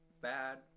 bad